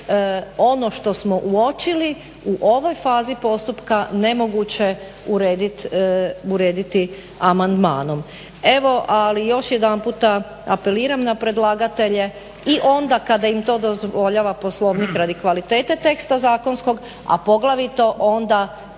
ono što smo uočili u ovoj fazi postupka nemoguće urediti amandmanom. Ali još jedanputa apeliram na predlagatelje i onda kada im to dozvoljava Poslovnik radi kvalitete teksta zakonskog, a poglavito onda